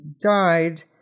died